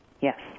Yes